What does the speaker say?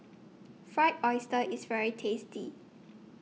Fried Oyster IS very tasty